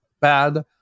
bad